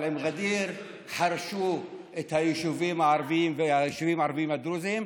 אבל עם ע'דיר חרשו את היישובים הערביים והיישובים הערביים הדרוזיים,